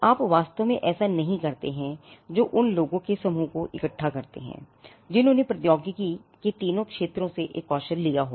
आप वास्तव में ऐसा नहीं करते हैं जो उन लोगों के समूह को इकट्ठा करते हैं जिन्होंने प्रौद्योगिकी के तीनों क्षेत्रों से एक कौशल लिया होगा